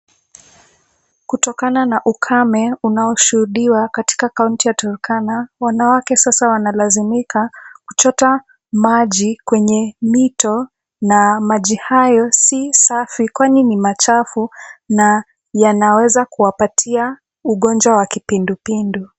Kutokana na ukame unao shuhudiwa katika kaunti ya Turkana, wanawake sasa wanalazimika kuchota maji kwenye mito na maji hayo si safi kwani ni machafu na yanaweza kuwapatia ugonjwa wa kipindu pindu.